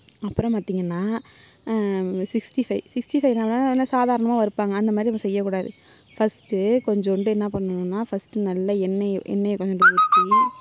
அப்புறம் பார்த்திங்கனா sixty five sixty five எல்லாம் சாதாரணமாக வறுப்பாங்க அந்த மாதிரி செய்யக்கூடாது ஃபர்ஸ்ட்டு கொஞ்சோண்டு என்ன பண்ணுணுன்னால் ஃபர்ஸ்ட்டு நல்லா எண்ணெயை எண்ணெயை கொஞ்சோண்டு ஊற்றி